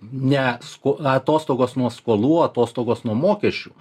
ne skuo atostogos nuo skolų atostogos nuo mokesčių